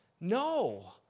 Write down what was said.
no